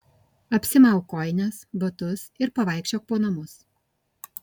apsimauk kojines batus ir pavaikščiok po namus